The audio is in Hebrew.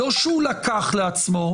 לא שהוא לקח לעצמו,